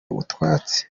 utwatsi